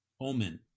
Omen